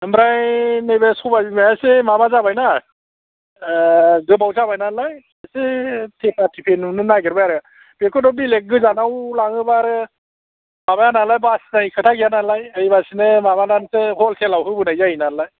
ओमफ्राय नैबे सबायबिमाया एसे माबा जाबायना गोबाव जाबाय नालाय एसे थेफा थेफि नुनो नागिरबाय आरो बेखौथ' बेलेग गोजानाव लाङोबा आरो माबाया नालाय बासिनाय खोथा गैया नालाय ओरैनो माबानानैसो हलसेल आव होबोनाय जायो नालाय